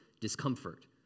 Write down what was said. discomfort